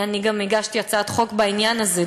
וגם הגשתי הצעת החוק בעניין הזה,